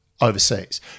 Overseas